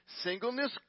Singleness